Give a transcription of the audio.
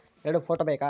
ಎರಡು ಫೋಟೋ ಬೇಕಾ?